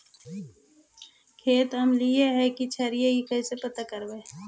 खेत अमलिए है कि क्षारिए इ कैसे पता करबै?